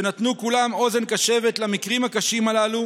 שנתנו כולם אוזן קשבת למקרים הקשים הללו